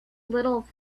little